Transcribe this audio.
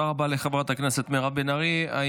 אם